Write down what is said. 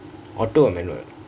auto or manual